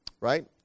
right